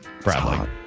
Bradley